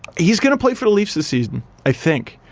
he's gonna play for the leafs this season. i think,